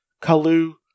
Kalu